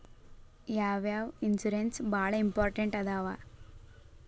ಯಾವ್ಯಾವ ಇನ್ಶೂರೆನ್ಸ್ ಬಾಳ ಇಂಪಾರ್ಟೆಂಟ್ ಅದಾವ?